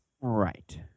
Right